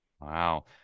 Wow